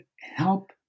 help